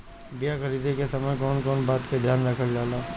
बीया खरीदे के समय कौन कौन बात के ध्यान रखल जाला?